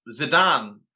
Zidane